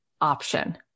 option